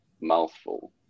mouthful